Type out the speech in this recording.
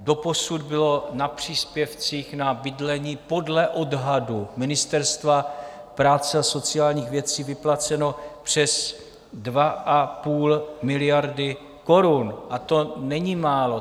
Doposud bylo na příspěvcích na bydlení podle odhadu Ministerstva práce a sociálních věcí vyplaceno přes 2,5 miliardy korun a to není málo.